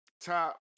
top